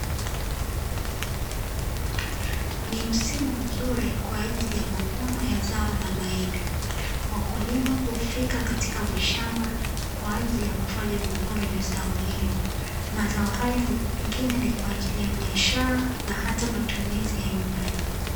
Ni msimu mzuri kwa ajili ya mavuno ya zao la mahindi, wakulima hufika katika mashamba kwa ajili ya kufanya mavuno ya zao hili. Mazao haya pengine ni kwa ajili ya biashara na hata matumizi ya nyumbani.